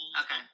Okay